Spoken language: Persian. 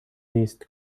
لیست